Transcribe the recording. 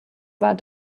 war